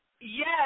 Yes